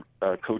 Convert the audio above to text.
Coach